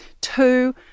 Two